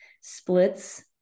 splits